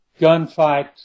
gunfight